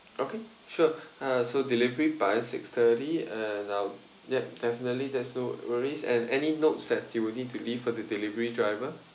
okay sure uh so delivery by six thirty and uh yup definitely there's no worries and any notes that you would need to leave for the delivery driver